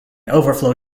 overflow